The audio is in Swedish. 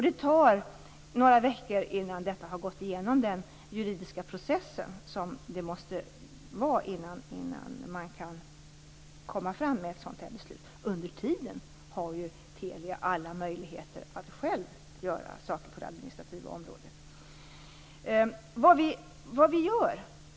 Det tar några veckor innan det hela har gått igenom den juridiska process som måste vara innan man kan komma fram med ett sådant här beslut. Under tiden har Telia alla möjligheter att självt göra saker på det administrativa området.